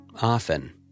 Often